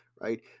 right